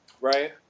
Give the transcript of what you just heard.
Right